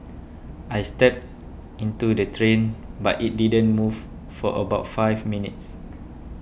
I stepped into the strain but it didn't move for about five minutes